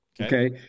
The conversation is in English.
okay